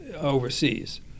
overseas